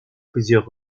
plusieurs